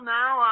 now